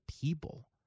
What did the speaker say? people